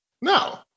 no